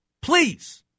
Please